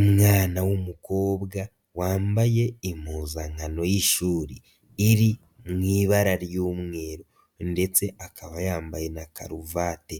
Umwana w'umukobwa wambaye impuzankano y'ishuri iri mu ibara ry'umweru ndetse akaba yambaye na karuvate,